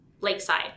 Lakeside